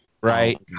right